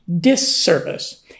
disservice